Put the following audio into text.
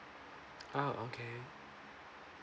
oh okay